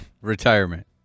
Retirement